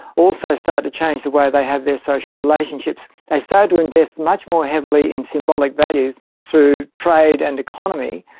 also started to change the way they have their social relationships. they started to invest much more heavily in symbolic values through trade and economy.